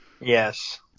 Yes